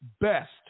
best